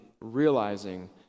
realizing